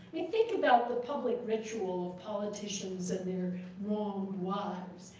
i mean, think about the public ritual of politicians and their wronged wives.